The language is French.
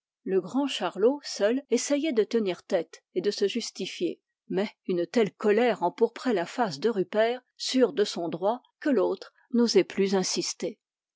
le grand charlot seul essayait de tenir tête et de se justifier mais une telle colère empourprait la face de rupert sûr de son droit que l'autre n'osait plus insister